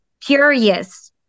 curious